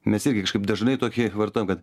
mes irgi kažkaip dažnai tokie vartojam kad